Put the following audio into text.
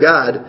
God